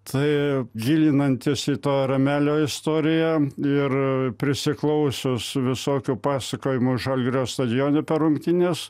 tai gilinantis į to ramelio istoriją ir prisiklausius visokių pasakojimų žalgirio stadione per rungtynes